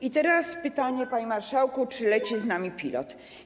I teraz pytanie, panie marszałku: Czy leci z nami pilot?